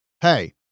hey